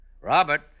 Robert